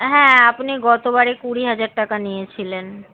হ্যাঁ আপনি গতবারে কুড়ি হাজার টাকা নিয়েছিলেন